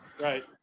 Right